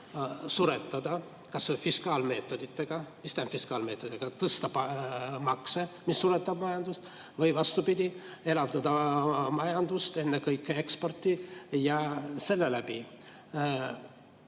suretada fiskaalmeetoditega. Mis tähendab fiskaalmeetoditega? Tõsta makse, mis suretab majandust, või vastupidi, elavdada majandust, ennekõike eksporti ja selle abil